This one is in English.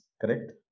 correct